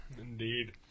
Indeed